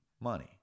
money